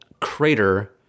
crater